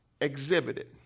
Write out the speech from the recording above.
exhibited